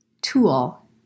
tool